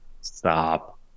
Stop